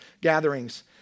gatherings